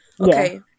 okay